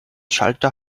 schalter